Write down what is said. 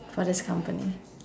for this company